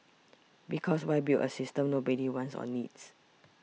because why build a system nobody wants or needs